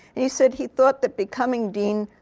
he said he thought that becoming dean,